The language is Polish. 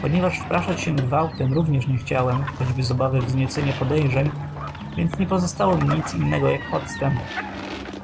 ponieważ wpraszać się gwałtem również nie chciałem choćby z obawy wzniecenia podejrzeń więc nie pozostało mi nic innego jak podstęp